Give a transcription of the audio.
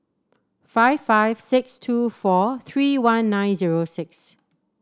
five five six two four three one nine zero six